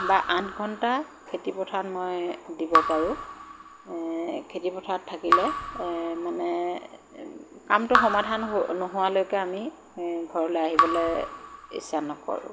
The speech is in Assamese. বা আঠ ঘণ্টা খেতিপথাৰত মই দিব পাৰোঁ খেতিপথাৰত থাকিলে মানে কামটো সামাধান নোহোৱালৈকে আমি ঘৰলৈ আহিবলৈ ইচ্ছা নকৰোঁ